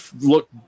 look